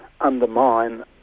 undermine